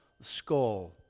skull